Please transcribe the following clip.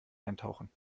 eintauchen